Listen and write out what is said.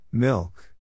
Milk